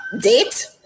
date